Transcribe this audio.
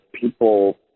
people